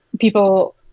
people